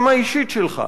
גם האישית שלך,